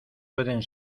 pueden